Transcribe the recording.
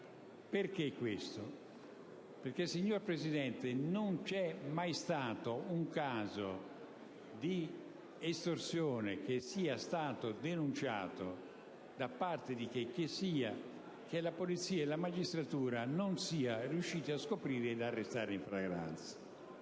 Questo perché, signor Presidente, non c'è mai stato un caso di estorsione, che sia stato denunciato da chicchessia, che la polizia e la magistratura non siano riuscite a scoprire e ad arrestare in flagranza.